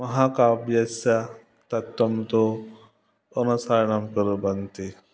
महाकाव्यस्य तत्त्वं तु अनुसरणं कुर्वन्ति